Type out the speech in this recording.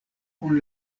kun